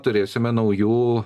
turėsime naujų